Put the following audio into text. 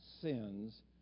sins